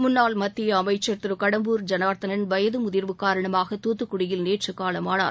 முன்னாள் மத்திய அமைச்சா் திரு கடம்பூர் ஜனார்த்தனன் வயது முதிா்வு காரணமாக தூத்துக்குடியில் நேற்று காலமானார்